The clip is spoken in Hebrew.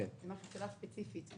שאלה ספציפית.